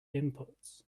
inputs